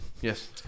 yes